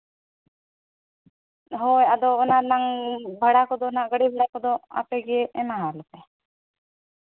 ᱦᱳᱭ ᱟᱫᱚ ᱚᱱᱟ ᱨᱮᱱᱟᱝ ᱵᱷᱟᱲᱟ ᱠᱚᱫᱚ ᱱᱟᱜ ᱜᱟᱹᱰᱤ ᱵᱷᱟᱲᱟ ᱠᱚᱫᱚ ᱟᱯᱮ ᱜᱮ ᱮᱢᱟᱣᱟᱞᱮ ᱯᱮ